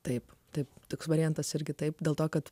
taip taip toks variantas irgi taip dėl to kad